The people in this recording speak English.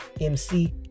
MC